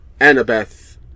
Annabeth